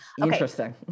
Interesting